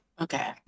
Okay